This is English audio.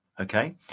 Okay